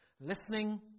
listening